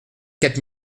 quatre